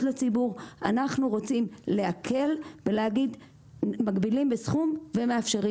לציבור אנחנו רוצים להקל ולהגיד שמגבילים בסכום ומאפשרים